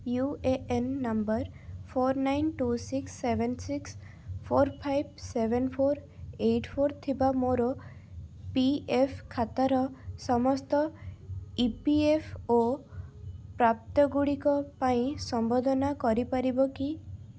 you A N number four nine two six seven six four five seven four eight four ଥିବା ମୋର P F ଖାତାର ସମସ୍ତ E P F O ପ୍ରାପ୍ତ ଗୁଡ଼ିକ ପାଇଁ ସମ୍ବୋଧନା କରିପାରିବ କି